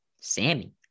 Sammy